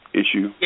issue